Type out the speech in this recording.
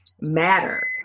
matter